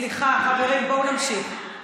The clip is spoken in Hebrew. סליחה, חברים, בואו נמשיך.